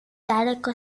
daleko